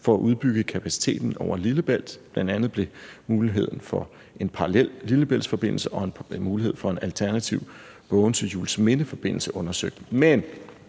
for at udbygge kapaciteten over Lillebælt, bl.a. blev muligheden for en parallel Lillebæltsforbindelse og muligheden for en alternativ Bogense-Juelsminde-forbindelse i den